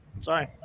Sorry